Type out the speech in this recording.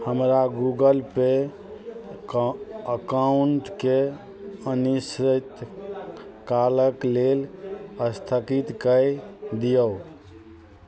हमरा गूगलपे एका अकाउन्टके अनिश्चितत कालके लेल स्थगित कए दिऔ